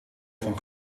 van